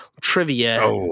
trivia